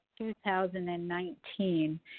2019